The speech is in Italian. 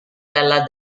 dalla